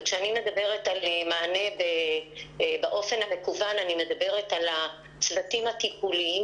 וכשאני מדברת על מענה באופן המקוון אני מדברת על הצוותים הטיפוליים,